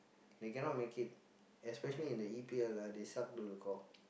they cannot make it especially in the E_P_L ah they suck to the core